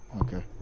Okay